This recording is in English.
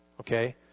Okay